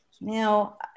Now